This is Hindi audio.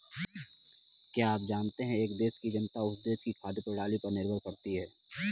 क्या आप जानते है एक देश की जनता उस देश की खाद्य प्रणाली पर निर्भर करती है?